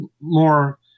more